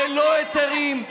ללא היתרים,